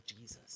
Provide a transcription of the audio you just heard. Jesus